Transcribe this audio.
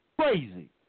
Crazy